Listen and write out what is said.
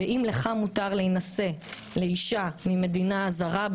אם לך מותר להינשא לאישה ממדינה זרה,